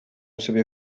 sobie